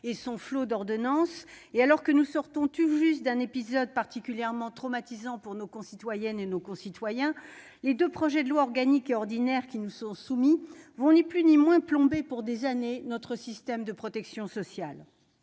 et leur flot d'ordonnances, et alors que nous sortons tout juste d'un épisode particulièrement traumatisant pour nos concitoyennes et nos concitoyens, les deux projets de loi organique et ordinaire qui nous sont soumis vont ni plus ni moins que plomber pour des années notre système de protection sociale.